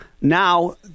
now